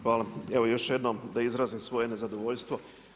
Hvala, evo još jednom da izrazimo svoje nezadovoljstvo.